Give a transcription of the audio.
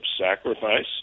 sacrifice